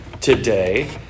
today